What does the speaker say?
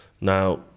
now